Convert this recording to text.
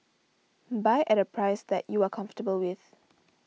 buy at a price that you are comfortable with